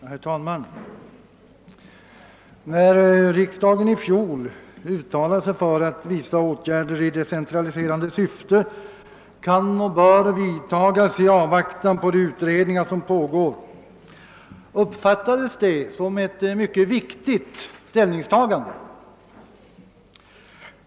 Herr talman! När riksdagen i fjol uttalade att åtgärder i decentraliserande syfte kan och bör vidtas i avvaktan på de utredningar som pågår, uppfattades detta som ett viktigt ställningstagande.